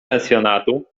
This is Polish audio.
pensjonatu